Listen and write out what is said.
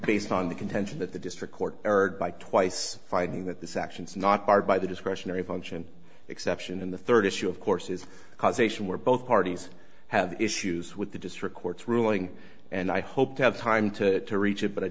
based on the contention that the district court heard by twice fighting that this action is not barred by the discretionary function exception and the third issue of course is causation where both parties have issues with the district court's ruling and i hope to have time to reach it but i